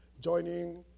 joining